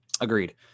Agreed